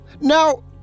Now